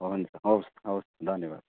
हुन्छ हवस् हवस् धन्यवाद